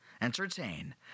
entertain